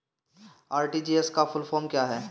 RTGS का full form क्या है?